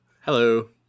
Hello